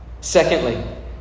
Secondly